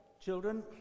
children